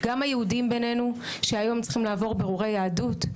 גם היהודים בינינו שהיום צריכים לעבור באורי יהדות,